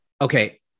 Okay